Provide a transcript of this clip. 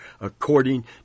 according